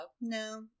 No